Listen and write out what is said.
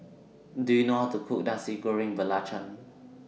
Do YOU know How to Cook Nasi Goreng Belacan